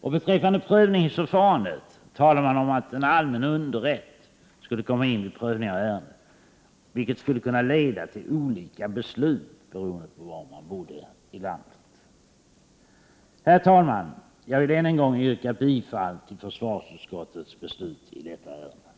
Och beträffande prövningsförfarandet talar man om att en allmän underrätt skulle komma in vid prövning av ärenden, vilket skulle kunna leda till olika beslut beroende på var man bodde i landet. Herr talman! Jag vill än en gång yrka bifall till försvarsutskottets hemställan i detta ärende.